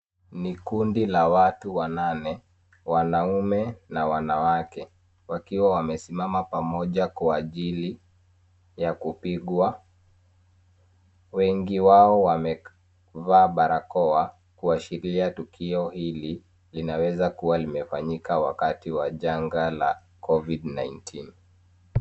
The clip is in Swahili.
Ni kundi la watu wanane, wanaume na wanawake wakiwa wamesimama pamoja kwa ajili ya kupigwa. Wengi wao wamevaa barakoa kuashiria tukio hili linaweza kuwa limefanyika wakati wa janga la Covid19.